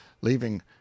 leaving